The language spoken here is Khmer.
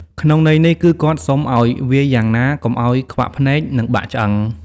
ក្នុងន័យនេះគឺគាត់សុំឲ្យវាយយ៉ាងណាកុំឲ្យខ្វាក់ភ្នែក និងបាក់ឆ្អឹង ។